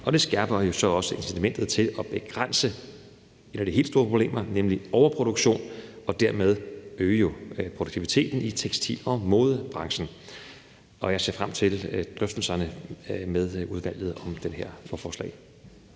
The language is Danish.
Det skærper jo så også incitamentet til at begrænse et af de helt store problemer, nemlig overproduktion, og dermed øge produktiviteten i tekstil- og modebranchen. Jeg ser frem til drøftelserne med udvalget om det her lovforslag.